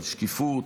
על שקיפות,